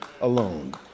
alone